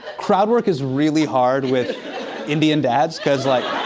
crowd work is really hard with indian dads cause like,